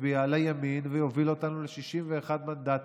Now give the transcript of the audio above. יצביע לימין, ויוביל אותנו ל-61 מנדטים,